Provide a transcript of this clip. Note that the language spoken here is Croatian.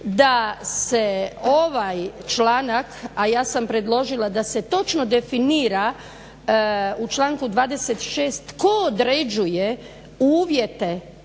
da se ovaj članak, a ja sam predložila da se točno definira u članku 26.tko određuje uvjete